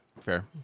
fair